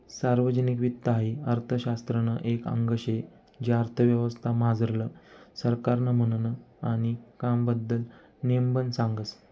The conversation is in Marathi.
सार्वजनिक वित्त हाई अर्थशास्त्रनं एक आंग शे जे अर्थव्यवस्था मझारलं सरकारनं म्हननं आणि कामबद्दल नेमबन सांगस